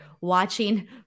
watching